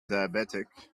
diabetic